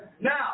Now